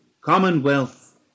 commonwealth